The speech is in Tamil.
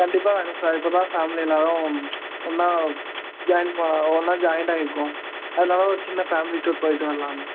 கண்டிப்பாக வேணும் சார் இப்போ தான் ஃபேமிலி எல்லாேரும் ஒன்றா ஜாயின் ஒன்றா ஜாயிண்டாகிருக்கோம் அதனால ஒரு சின்ன ஃபேமிலி டூர் போய்விட்டு வரலானு